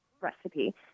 recipe